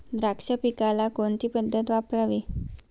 द्राक्ष पिकाला कोणती पद्धत वापरावी?